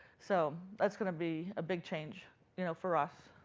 so that's going to be a big change you know for us.